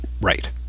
Right